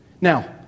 Now